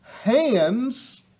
hands